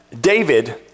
David